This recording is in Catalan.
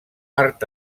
art